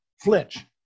flinch